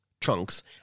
trunks